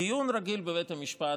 דיון רגיל בבית המשפט,